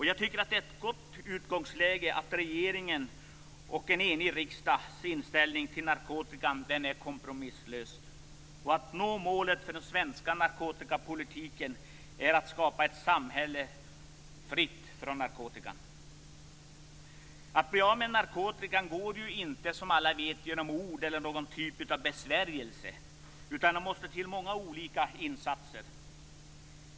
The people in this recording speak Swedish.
Jag tycker att det är ett gott utgångsläge att regeringens och en enig riksdags inställning till narkotikan är kompromisslös och att målet för den svenska narkotikapolitiken är att skapa ett samhälle fritt från narkotika. Att bli av med narkotikan går inte, som alla vet, genom bara ord eller någon typ av besvärjelse. Det måste till många olika insatser.